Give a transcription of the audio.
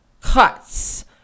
cuts